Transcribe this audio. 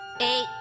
Eight